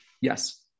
Yes